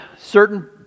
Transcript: certain